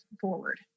forward